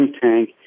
tank